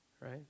right